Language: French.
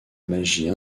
magie